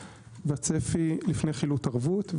לפני חילוט ערבות,